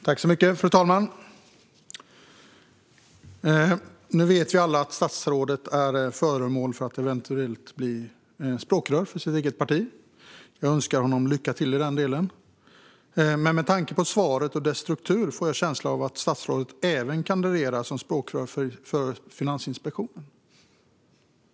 Fru talman! Vi vet att statsrådet kandiderar till språkrör för sitt parti, och jag önskar honom lycka till med det. Men statsrådets svar på min interpellation inger känslan av att statsrådet även kandiderar till språkrör för Finansinspektionen.